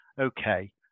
okay